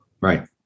right